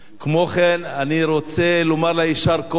כמו כן, אני רוצה לומר לה יישר כוח